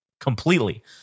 completely